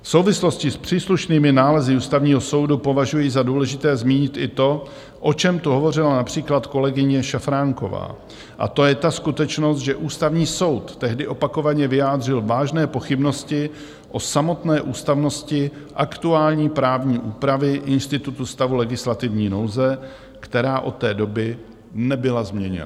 V souvislosti s příslušnými nálezy Ústavního soudu považuji za důležité zmínit i to, o čem tu hovořila například kolegyně Šafránková, a to je ta skutečnost, že Ústavní soud tehdy opakovaně vyjádřil vážné pochybnosti o samotné ústavnosti aktuální právní úpravy institutu stavu legislativní nouze, která od té doby nebyla změněna.